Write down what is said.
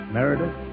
Meredith